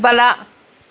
ಬಲ